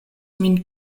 min